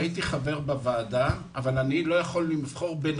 הייתי חבר בוועדה אבל אני לא יכול לבחור בן